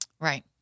Right